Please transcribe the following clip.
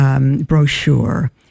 brochure